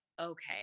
okay